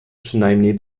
przynajmniej